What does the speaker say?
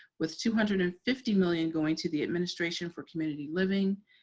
with two hundred and fifty million going to the administration for community living,